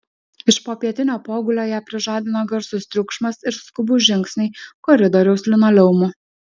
iš popietinio pogulio ją prižadino garsus triukšmas ir skubūs žingsniai koridoriaus linoleumu